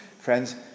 Friends